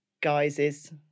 guises